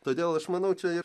todėl aš manau čia ir